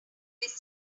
escape